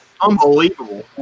unbelievable